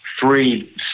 three